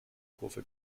kurve